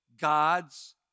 God's